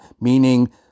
meaning